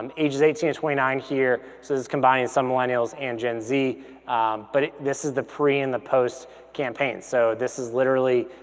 and ages eighteen to twenty nine here, this is combining some millennials and gen-z, but this is the pre and the post campaign. so this is literally